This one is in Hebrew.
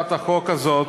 הצעת החוק הזאת